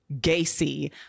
Gacy